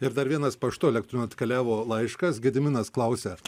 ir dar vienas paštu elektroniniu atkeliavo laiškas gediminas klausia